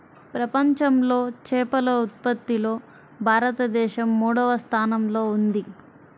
ప్రపంచంలో చేపల ఉత్పత్తిలో భారతదేశం మూడవ స్థానంలో ఉంది